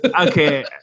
Okay